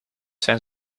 zijn